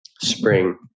spring